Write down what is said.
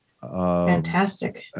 fantastic